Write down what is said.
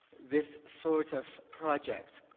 this sort of project,